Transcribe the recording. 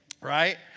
right